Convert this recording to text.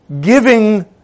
giving